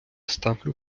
ставлю